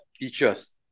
teachers